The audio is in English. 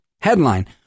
Headline